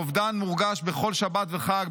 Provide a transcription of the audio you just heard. האובדן מורגש בכל שבת וחג,